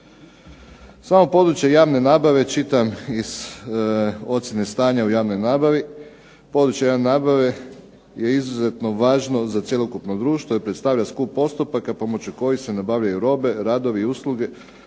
Samo područje javne nabave čitam iz ocjene stanja o javnoj nabavi. "Područje javne nabave je izuzetno važno za cjelokupno društvo i predstavlja skup postupaka pomoću kojeg se nabavljaju robe, radovi i usluge